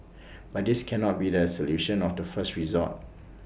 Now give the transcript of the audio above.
but this cannot be the solution of the first resort